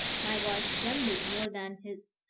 my voice trembled more than his,